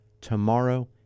tomorrow